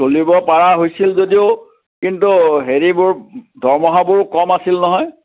চলিব পৰা হৈছিল যদিও কিন্তু হেৰিবোৰ দৰমহাবোৰো কম আছিল নহয়